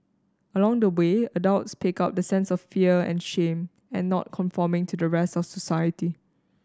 along the way adults pick up the sense of fear and shame at not conforming to the rest of society